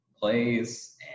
plays